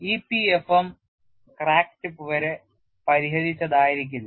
EPFM crack tip വരെ പരിഹരിച്ചതായിരിക്കില്ല